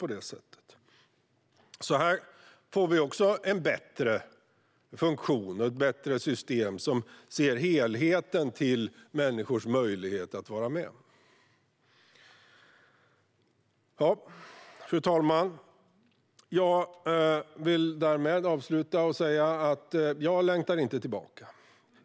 Här får vi också en bättre funktion och ett bättre system som ser till helheten i människors möjlighet att vara med. Fru talman! Jag längtar inte tillbaka.